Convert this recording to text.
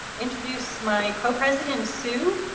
introduce my co-president sue,